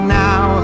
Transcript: now